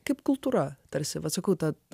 kaip kultūra tarsi vaciuku tad